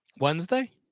Wednesday